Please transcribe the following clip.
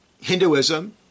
Hinduism